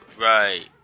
right